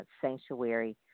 sanctuary